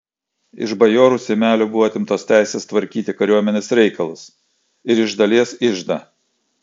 iš bajorų seimelių buvo atimtos teisės tvarkyti kariuomenės reikalus ir iš dalies iždą